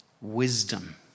wisdom